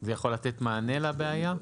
זה יכול לתת מענה לבעיה?